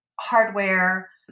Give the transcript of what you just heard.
hardware